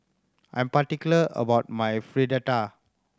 I'm particular about my Fritada